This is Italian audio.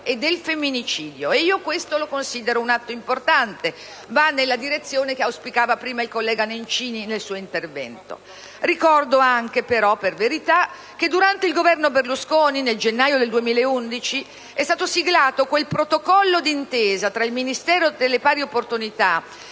e al femminicidio. Considero questo un atto importante, che va nella direzione che auspicava prima il collega Nencini nel suo intervento. Ricordo anche, però, per verità, che durante il Governo Berlusconi, nel gennaio 2011, è stato siglato quel protocollo d'intesa tra il Ministero delle pari opportunità